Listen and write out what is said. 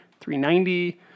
390